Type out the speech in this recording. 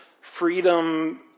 freedom